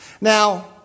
Now